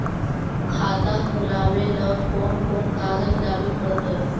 खाता खोलाबे ल कोन कोन कागज लाबे पड़तै?